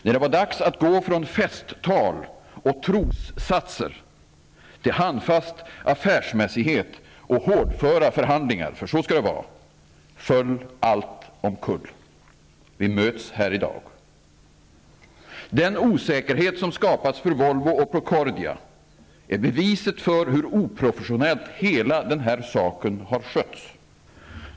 När det var dags att gå från festtal och trossatser till handfast affärsmässighet och hårdföra förhandlingar -- för så skall det vara -- föll allt omkull. Vi möts här i dag. Den osäkerhet som skapats för Volvo och Procordia är beviset för hur oprofessionellt hela den här saken har skötts.